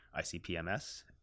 ICP-MS